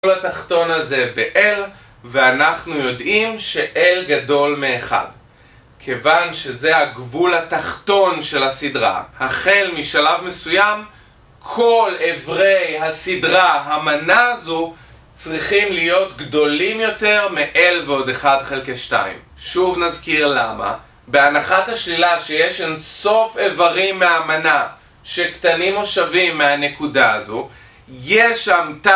גבול התחתון הזה ב-L, ואנחנו יודעים ש-L גדול מאחד כיוון שזה הגבול התחתון של הסדרה החל משלב מסוים כל עברי הסדרה, המנה הזו צריכים להיות גדולים יותר מ-L ועוד אחד חלקי שתיים שוב נזכיר למה בהנחת השלילה שיש אין סוף עברים מהמנה שקטנים או שווים מהנקודה הזו יש שם ת...